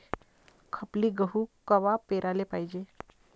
खपली गहू कवा पेराले पायजे?